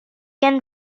can